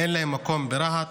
אין להם מקום ברהט,